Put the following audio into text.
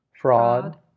fraud